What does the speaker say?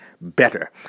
better